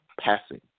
passing